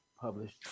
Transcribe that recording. published